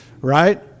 right